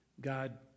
God